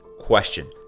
question